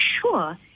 sure